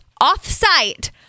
off-site